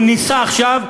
והוא נישא עכשיו,